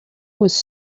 was